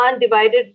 divided